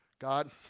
God